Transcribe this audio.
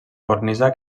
cornisa